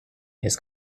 his